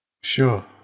Sure